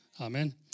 Amen